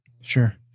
Sure